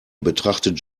betrachtet